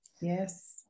yes